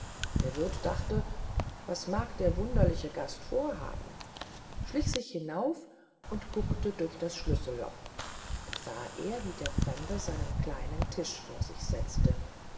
der wirth dachte was mag der wunderliche gast vorhaben schlich sich hinauf und guckte durch das schlüsselloch da sah er wie der fremde einen kleinen tisch vor sich setzte